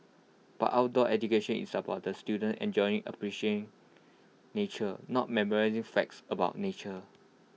but outdoor education is about the students enjoying appreciating nature not memorising facts about nature